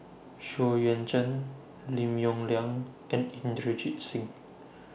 Xu Yuan Zhen Lim Yong Liang and Inderjit Singh